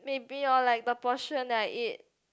maybe or like the portion that I eat